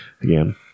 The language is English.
again